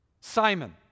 Simon